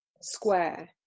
square